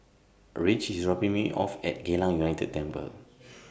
Ridge IS dropping Me off At Geylang United Temple